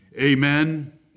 Amen